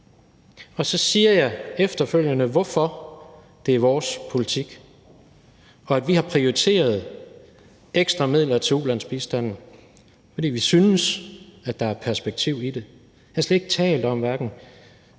Og så siger jeg efterfølgende, hvorfor det er vores politik. Og vi har prioriteret ekstra midler til ulandsbistanden, fordi vi synes, at der er perspektiv i det. Jeg har slet ikke talt om hverken